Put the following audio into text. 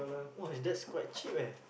!wah! eh that's quite cheap leh